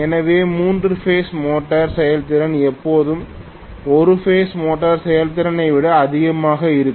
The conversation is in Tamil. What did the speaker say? எனவே மூன்று பேஸ் மோட்டார் செயல்திறன் எப்போதும் ஒரு பேஸ் மோட்டார் செயல்திறனை விட அதிகமாக இருக்கும்